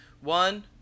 One